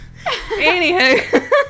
Anywho